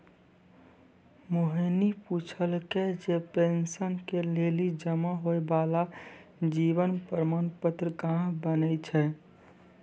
मोहिनी पुछलकै जे पेंशन के लेली जमा होय बाला जीवन प्रमाण पत्र कहाँ बनै छै?